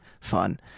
fun